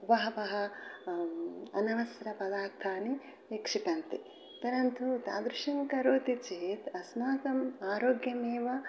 बहवः अवस्कर पदार्थानि निक्षिपन्ते परन्तु तादृशं करोति चेत् अस्माकम् आरोग्यमेव